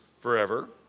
forever